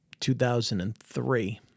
2003